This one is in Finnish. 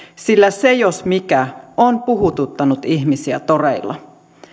sillä se jos mikä on puhututtanut ihmisiä toreilla